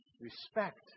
respect